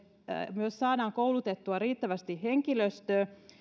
myös saadaan koulutettua riittävästi henkilöstöä